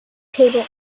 table